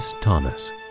Thomas